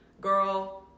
girl